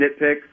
nitpick